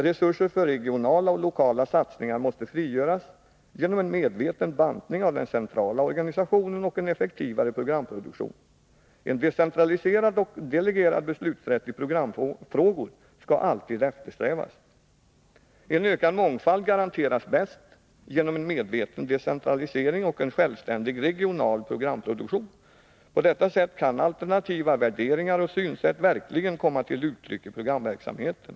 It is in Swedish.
Resurser för regionala och lokala satsningar måste frigöras genom en medveten bantning av den centrala organisationen och en effektivare programproduktion. En decentraliserad och delegerad beslutsrätt i programfrågor skall alltid eftersträvas. En ökad mångfald garanteras bäst genom en medveten decentralisering och en självständig regional programproduktion. På detta sätt kan alternativa värderingar och synsätt verkligen komma till uttryck i programverksamheten.